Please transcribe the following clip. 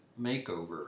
makeover